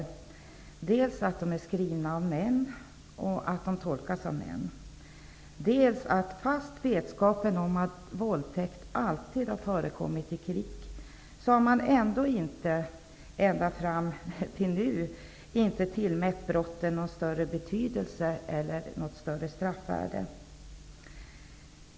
Man upptäcker dels att den är skriven av män och att den tolkas av män, och dels att man, trots att vetskapen om att våldtäkt alltid har förekommit i krig, ända fram till nu inte har tillmätt brottet någon större betydelse eller något större straffvärde.